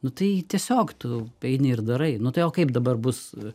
nu tai tiesiog tu eini ir darai nu tai o kaip dabar bus